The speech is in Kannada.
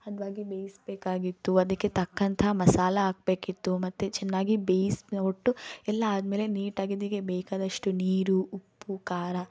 ಹದವಾಗಿ ಬೇಯಿಸ್ಬೇಕಾಗಿತ್ತು ಅದಕ್ಕೆ ತಕ್ಕಂತಹ ಮಸಾಲ ಹಾಕ್ಬೇಕಿತ್ತು ಮತ್ತು ಚೆನ್ನಾಗಿ ಬೇಯ್ಸಿ ಉಟ್ಟು ಎಲ್ಲ ಆದ್ಮೇಲೆ ನೀಟಾಗಿ ಇದಾಗೆ ಬೇಕಾದಷ್ಟು ನೀರು ಉಪ್ಪು ಖಾರ